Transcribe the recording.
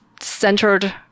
centered